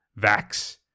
Vax